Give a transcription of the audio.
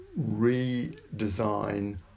redesign